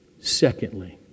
Secondly